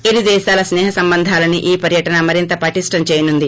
ఇరుదేశాల స్పేహ సంబంధాలని ఈ పర్యటన మరింత పటిష్టం చేయనుంది